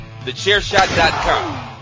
TheChairShot.com